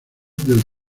del